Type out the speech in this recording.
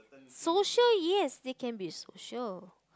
social yes we can be social